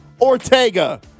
Ortega